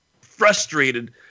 frustrated